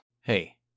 Hey